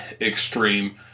extreme